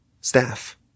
staff